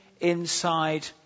inside